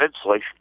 insulation